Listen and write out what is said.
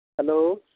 hello